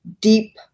deep